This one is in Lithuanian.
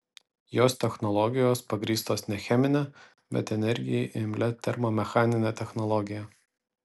jos technologijos pagrįstos ne chemine bet energijai imlia termomechanine technologija